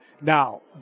Now